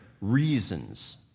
reasons